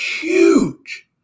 huge